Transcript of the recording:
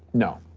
no.